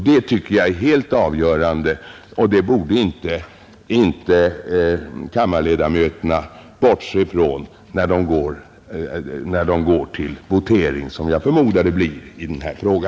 Det tycker jag är helt avgörande; det borde inte kammarledamöterna bortse från när de går till votering som jag förmodar det blir i denna fråga.